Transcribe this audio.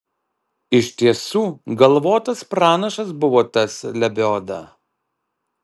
iš tiesų galvotas pranašas buvo tas lebioda